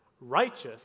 righteous